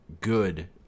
good